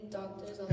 doctors